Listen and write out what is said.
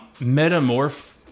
metamorph